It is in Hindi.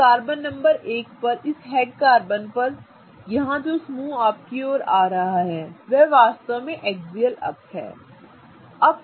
अब कार्बन नंबर 1 पर इस हेड कार्बन पर यहां जो समूह आपकी ओर आ रहा है वह वास्तव में एक्सियल अप है ठीक है